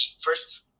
first